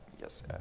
Yes